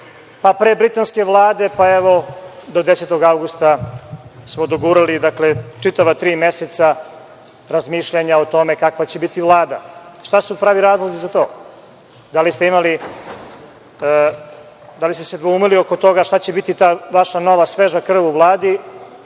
pa pre britanske vlade, pa do evo 10. avgusta smo dogurali, dakle, čitava tri meseca razmišljanja o tome kakva će biti Vlada. Šta su pravi razlozi za to? Da li ste se dvoumili oko toga šta će biti ta vaša nova sveža krv u Vladi